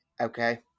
Okay